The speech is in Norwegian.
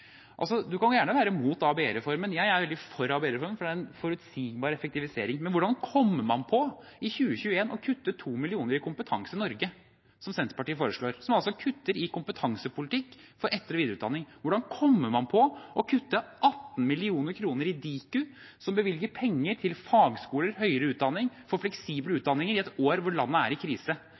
kan gjerne være mot ABE-reformen – jeg er veldig for ABE-reformen, for det er en forutsigbar effektivisering – men hvordan kommer man på å kutte 2 mill. kr i Kompetanse Norge i 2021, slik Senterpartiet foreslår, og med det altså kutter i kompetansepolitikk på etter- og videreutdanning? Hvordan kommer man på å kutte 18 mill. kr i Diku, som bevilger penger til fagskoler, høyere utdanning, for fleksible utdanninger, i et år hvor landet er i krise?